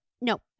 No